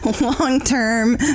long-term